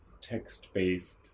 text-based